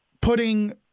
putting